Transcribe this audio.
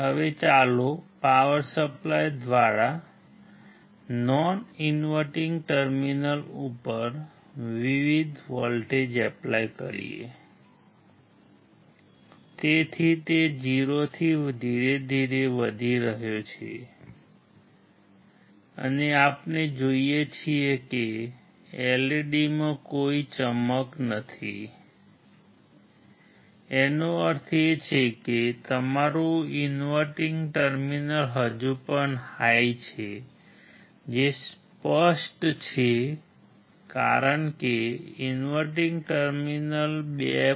હવે ચાલો power supply દ્વારા નોન ઇન્વર્ટીંગ ટર્મિનલ ઉપર વિવિધ વોલ્ટેજ એપ્લાય નથી તેનો અર્થ એ છે કે તમારું ઇન્વર્ટીંગ ટર્મિનલ હજુ પણ હાઈ છે જે સ્પષ્ટ છે કારણ કે ઇન્વર્ટીંગ ટર્મિનલ 2